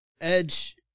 Edge